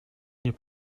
nie